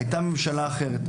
הייתה ממשלה אחרת.